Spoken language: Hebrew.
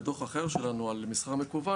בדוח אחר שלנו על מסחר ממקוון.